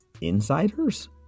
insiders